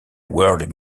world